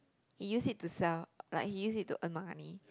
he use it to sell like he use it to earn money